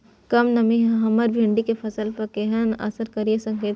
कम नमी हमर भिंडी के फसल पर केहन असर करिये सकेत छै?